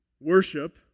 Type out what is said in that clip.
worship